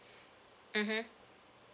mmhmm